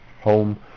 home